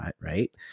Right